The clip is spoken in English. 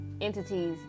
entities